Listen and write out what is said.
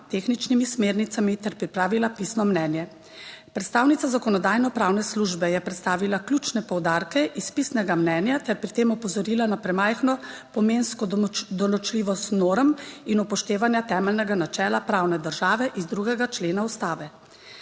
smernicami ter pripravila pisno mnenje. Predstavnica Zakonodajno-pravne službe je predstavila ključne poudarke iz pisnega mnenja ter pri tem opozorila na premajhno pomensko določljivost norm in upoštevanja temeljnega načela pravne države iz 2. člena Ustave.